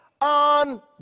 on